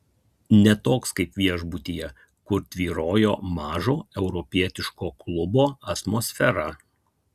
ne toks kaip viešbutyje kur tvyrojo mažo europietiško klubo atmosfera